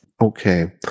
Okay